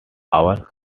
our